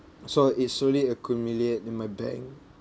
so it slowly accumulate in my bank